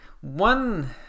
one